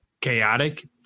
chaotic